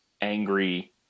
angry